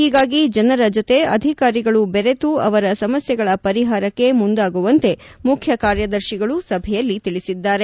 ಹೀಗಾಗಿ ಜನರ ಜೊತೆ ಅಧಿಕಾರಿಗಳು ಬೆರೆತು ಅವರ ಸಮಸ್ಯೆಗಳ ಪರಿಹಾರಕ್ಕೆ ಮುಂದಾಗುವಂತೆ ಮುಖ್ಯ ಕಾರ್ಯದರ್ಶಿಗಳು ಸಭೆಯಲ್ಲಿ ತಿಳಿಸಿದ್ದಾರೆ